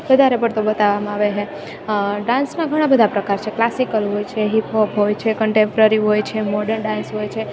વધારે પડતો બતાવામાં આવે છે ડાન્સના ઘણાં બધાં પ્રકાર છે ક્લાસિકલ હોય છે હિપ હોપ હોય છે કન્ટેવરી હોય છે મોડર્ન ડાન્સ હોય છે